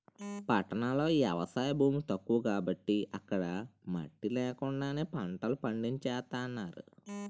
పట్టణాల్లో ఎవసాయ భూమి తక్కువ కాబట్టి అక్కడ మట్టి నేకండానే పంటలు పండించేత్తన్నారు